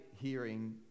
hearing